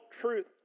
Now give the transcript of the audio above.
truth